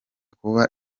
kuba